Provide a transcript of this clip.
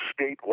statewide